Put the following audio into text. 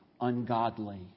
ungodly